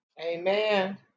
amen